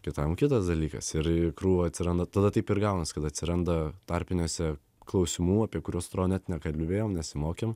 kitam kitas dalykas ir krūva atsiranda tada taip ir gaunasi kad atsiranda tarpiniuose klausimų apie kuriuos atro net nekalbėjom nesimokėm